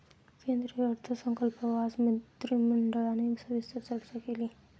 केंद्रीय अर्थसंकल्पावर आज मंत्रिमंडळाने सविस्तर चर्चा केली